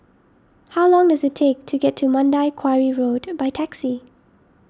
how long does it take to get to Mandai Quarry Road by taxi